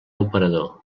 operador